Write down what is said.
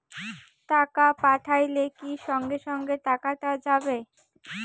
টাকা পাঠাইলে কি সঙ্গে সঙ্গে টাকাটা যাবে?